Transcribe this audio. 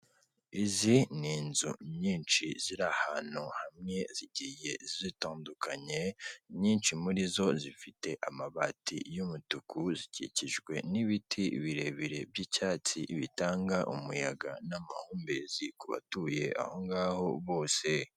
Izi ni inzu nyinshi ziri ahantu hamwe zigiye zitandukanye, nyinshi muri zo zifite amabati y'umutuku zikikijwe n'ibiti birebire by'icyatsi bitanga umuyaga n'amahumbezi kubatuye aho ngaho bose.